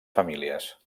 famílies